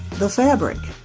the fabric